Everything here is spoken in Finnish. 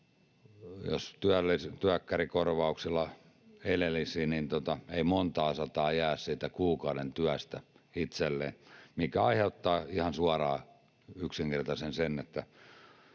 jos työkkärikorvauksilla elelisi, ei montaa sataa jää siitä kuukauden työstä itselleen, mikä aiheuttaa ihan suoraan yksinkertaisesti sen, että